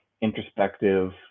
introspective